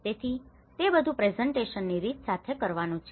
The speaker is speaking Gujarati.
તેથી તે બધું પ્રેઝન્ટેશન ની રીત સાથે કરવાનું છે